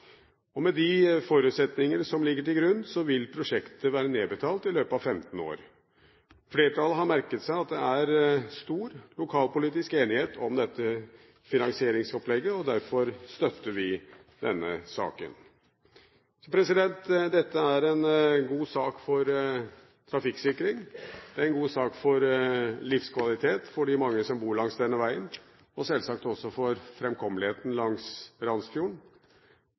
Med de forutsetninger som ligger til grunn, vil prosjektet være nedbetalt i løpet av 15 år. Flertallet har merket seg at det er stor lokalpolitisk enighet om dette finansieringsopplegget, og derfor støtter vi denne saken. Dette er en god sak for trafikksikring. Det er en god sak for livskvalitet for de mange som bor langs denne veien, og selvsagt også for framkommeligheten langs Randsfjorden.